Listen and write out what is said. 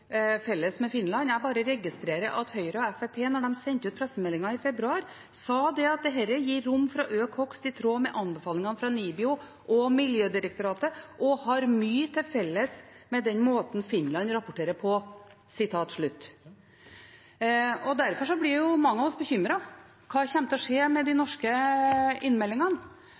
felles med Finland. Jeg bare registrerer at Høyre og Fremskrittspartiet, da de sendte ut pressemelding i februar, sa at dette gir rom for å øke hogst i tråd med anbefalingene fra NIBIO og Miljødirektoratet, og har mye til felles med den måten Finland rapporterer på. Derfor blir mange av oss bekymret: Hva kommer til å skje med de norske innmeldingene?